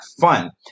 fun